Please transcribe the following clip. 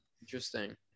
Interesting